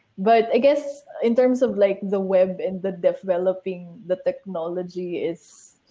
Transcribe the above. but i guess, in terms of like the web and the developing, the technology is.